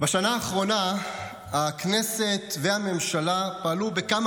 בשנה האחרונה הכנסת והממשלה פעלו בכמה